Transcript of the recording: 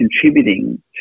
Contributing